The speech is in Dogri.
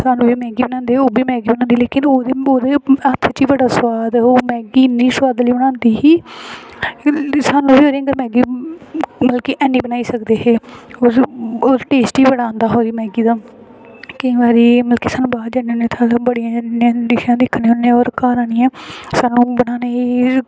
अस मैगी बनांदे ते ओह्बी मैगी बनांदी ही लेकिन ओह्दे च बड़ा सोआद ही मैगी इन्नी सोआदली बनांदी ही की सानूं बी जेह्ड़ा मैगी हैनी बनाई सकदे हे ओह् टेस्ट गै बड़ा हा उसदी मैगी दा केईं बारी अस बाहर जन्ने होन्ने ओह् उत्थें बड़ियां डिशां दिक्खने होन्ने जियां स्हानू बनाने ई